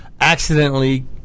accidentally